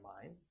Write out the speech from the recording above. mind